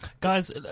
Guys